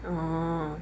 orh